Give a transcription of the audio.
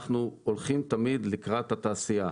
אנחנו הולכים תמיד לקראת התעשייה.